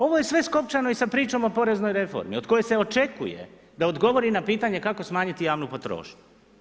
ovo je sve skopčano i sa pričom o poreznoj reformi od koje se očekuje da odgovori na pitanje kako smanjiti javnu potrošnju.